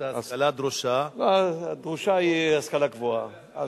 הדרושה היא השכלה גבוהה.